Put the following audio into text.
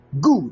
Good